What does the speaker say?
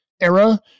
era